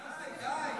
די,